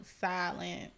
silent